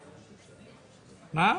למה?